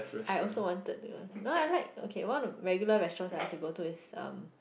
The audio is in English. I also wanted do you want no I like okay one of regular restaurants that I like to go to is um